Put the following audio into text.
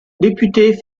député